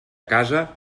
casa